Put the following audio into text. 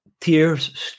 tears